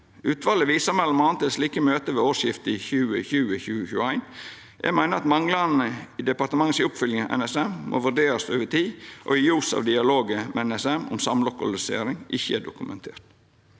Utvalet viser m.a. til slike møte ved årsskiftet 2020/2021. Eg meiner at manglane i departementet si oppfølging av NSM må vurderast over tid og i lys av at dialogen med NSM om samlokalisering ikkje er dokumentert.